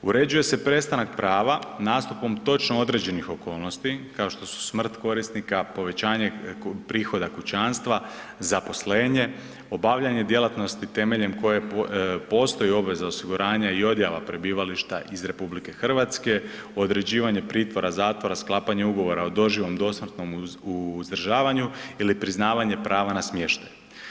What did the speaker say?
Uređuje se prestanak prava nastupom točno određenih okolnosti kao što su smrt korisnika, povećanje prihoda kućanstva, zaposlenje, obavljanje djelatnosti temeljem koje postoji obveza osiguranja i odjava prebivališta iz RH, određivanje pritvora, zatvora, sklapanja ugovora o doživotnom dosmrtnom uzdržavanju ili priznavanje prava na smještaj.